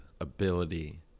ability